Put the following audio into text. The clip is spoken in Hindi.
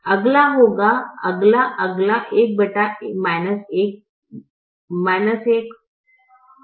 अगला होगा अगला अगला 1 1 होगा